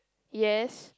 yes